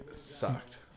sucked